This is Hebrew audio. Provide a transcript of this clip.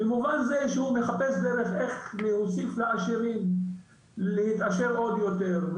במובן זה שהוא מחפש דרך איך להוסיף לעשירים להתעשר עוד יותר.